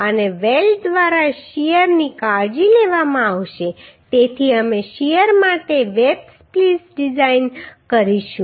અને વેલ્ડ દ્વારા શીયરની કાળજી લેવામાં આવશે તેથી અમે શીયર માટે વેબ સ્પ્લીસ ડિઝાઇન કરીશું